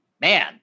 man